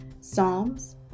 Psalms